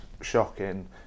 shocking